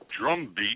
drumbeat